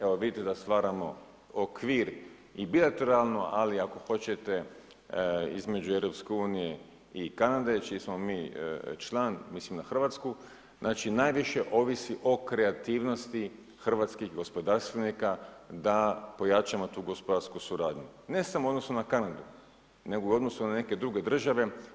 Evo vidite da stvaramo okvir i bilateralno, ali ako hoćete između EU i Kanade čiji smo mi član, mislim na Hrvatsku, najviše ovisi o kreativnosti hrvatskih gospodarstvenika da pojačamo tu gospodarsku suradnju, ne samo u odnosu na Kanadu nego u odnosu na neke druge države.